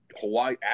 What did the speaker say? Hawaii